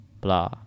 blah